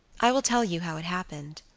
i will tell you how it happened.